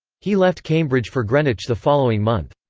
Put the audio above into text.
he left cambridge for greenwich the following month.